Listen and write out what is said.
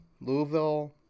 Louisville